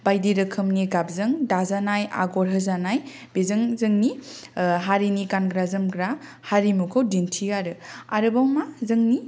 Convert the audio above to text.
बायदि रोखोमनि गाबजों दाजानाय आग'र होजानाय बेजों जोंनि हारिनि गानग्रा जोमग्रा हारिमुखौ दिन्थियो आरो आरोबाव मा जोंनि